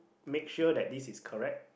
make sure that this is correct